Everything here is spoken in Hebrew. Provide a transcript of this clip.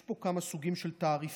יש פה כמה סוגים של תעריפים.